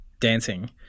dancing